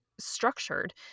Structured